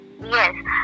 Yes